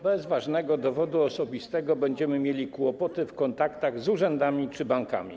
Bez ważnego dowodu osobistego będziemy mieli kłopoty w kontaktach z urzędami czy bankami.